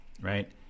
right